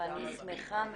אני מודה לך.